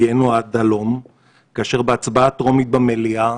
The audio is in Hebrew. כאשר בהצבעה טרומית במליאה